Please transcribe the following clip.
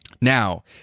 Now